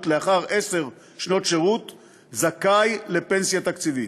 לאחר עשר שנות שירות זכאי לפנסיה תקציבית.